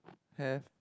have